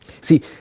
See